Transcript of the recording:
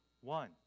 One